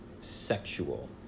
sexual